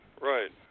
Right